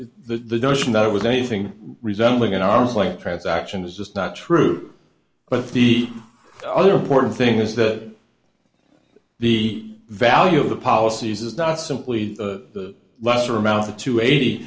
the notion that it was anything resembling an arm's length transaction is just not true but the other important thing is that the value of the policies is not simply the lesser amount the two eighty